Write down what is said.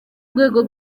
rwego